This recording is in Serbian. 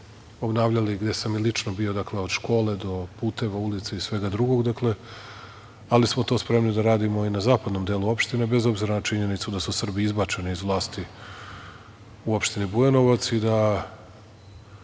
Levosoju obnavljali gde sam i lično bio, dakle, od škole do puteva, ulica i svega drugog, ali smo to spremni da radimo i na zapadnom delu opštine bez obzira na činjenicu da su Srbi izbačeni iz vlasti u opštini Bujanovac i da